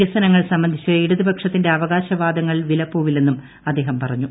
വികസനങ്ങൾ ്സംബ്ലന്ധിച്ച് ഇടതുപക്ഷത്തിന്റെ അവകാശ വാദങ്ങൾ വിലപ്പോവീല്ലെന്നും അദ്ദേഹം പറഞ്ഞു